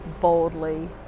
boldly